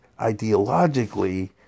ideologically